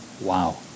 wow